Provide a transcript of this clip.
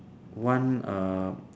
one uh